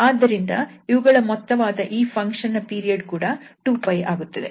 ಆದ್ದರಿಂದ ಇವುಗಳ ಮೊತ್ತವಾದ ಈ ಫಂಕ್ಷನ್ ನ ಪೀರಿಯಡ್ ಕೂಡ 2𝜋 ಆಗುತ್ತದೆ